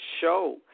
show